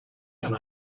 can